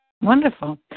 wonderful